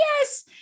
yes